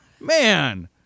Man